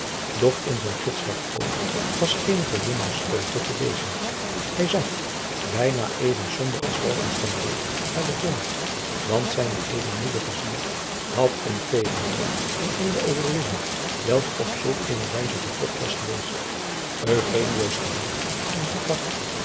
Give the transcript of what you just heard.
doch in zijn gitzwart oog was geene verwinnaarsvreugde te lezen hij zag bijna even somber als falckestein deed naar den grond want zijne edelmoedige ziel had een tegenzin in eene overwinning welke op zulk eene wijze gekocht was geweest eugenioos gelaat stond strak